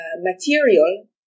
material